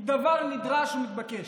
היא דבר נדרש ומתבקש.